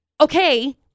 Okay